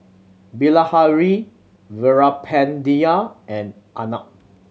Bilahari Veerapandiya and Arnab